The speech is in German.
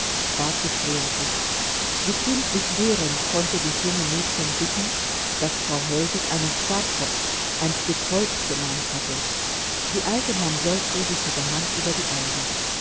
bat sie flehentlich wie kindlich rührend konnte dies junge mädchen bitten das frau hellwig einen starrkopf ein stück holz genannt hatte die alte mamsell fuhr sich mit der hand über die augen